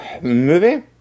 movie